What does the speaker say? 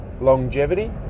longevity